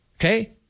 Okay